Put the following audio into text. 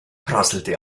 prasselte